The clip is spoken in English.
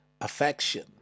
affection